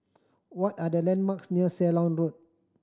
what are the landmarks near Ceylon Road